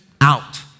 out